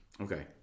Okay